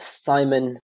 Simon